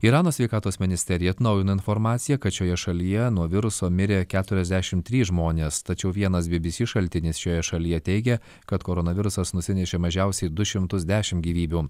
irano sveikatos ministerija atnaujino informaciją kad šioje šalyje nuo viruso mirė keturiasdešim trys žmonės tačiau vienas bbc šaltinis šioje šalyje teigia kad koronavirusas nusinešė mažiausiai du šimtus dešim gyvybių